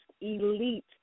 elite